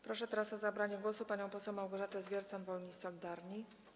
Proszę teraz o zabranie głosu panią poseł Małgorzatę Zwiercan, Wolni i Solidarni.